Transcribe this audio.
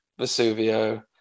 Vesuvio